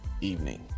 evening